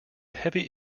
heavy